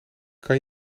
kan